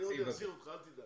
אני עוד אחזיר אותך, אל תדאג.